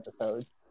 episodes